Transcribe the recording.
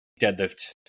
deadlift